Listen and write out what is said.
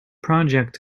project